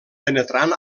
penetrant